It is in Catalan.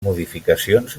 modificacions